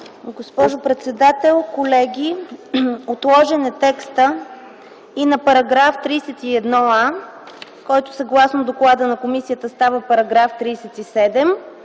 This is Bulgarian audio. Госпожо председател, колеги, отложен е текстът и на § 31а, който съгласно доклада на комисията става § 37,